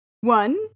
one